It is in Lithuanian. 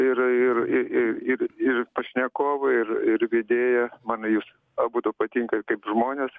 ir ir ir ir ir pašnekovą ir ir vedėją man jūs abudu patinkat kaip žmonės